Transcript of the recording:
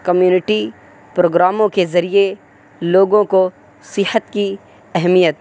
community پروگراموں کے ذریعے لوگوں کو صحت کی اہمیت